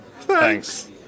Thanks